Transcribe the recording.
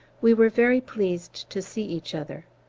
we were very pleased to see each other.